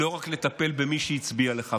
לא רק לטפל במי שהצביע לך.